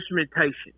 instrumentation